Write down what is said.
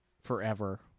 forever